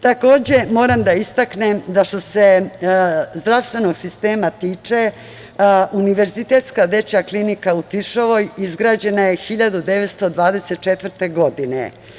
Takođe, moram da istaknem, što se zdravstvenog sistema time, Univerzitetska dečja klinika u Tiršovoj izgrađena je 1924. godine.